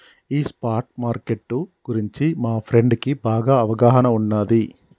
ఈ spot market గురించి మా ఫ్రెండుకి బాగా అవగాహన ఉన్నాది